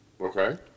okay